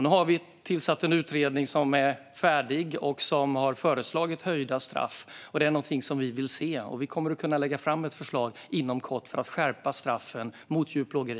Nu har vi tillsatt en utredning som är färdig och som har föreslagit höjda straff. Det är någonting som vi vill se. Och vi kommer att kunna lägga fram ett förslag inom kort för att skärpa straffen för djurplågeri.